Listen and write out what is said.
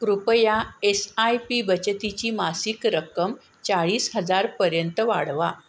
कृपया S I P बचतीची मासिक रक्कम चाळीस हजारपर्यंत वाढवा